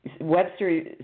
Webster